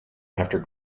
after